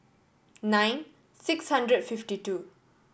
nine six hundred and fifty two